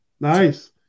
Nice